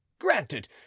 Granted